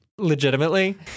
Legitimately